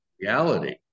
reality